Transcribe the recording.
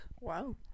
Wow